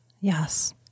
Yes